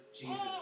Jesus